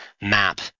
map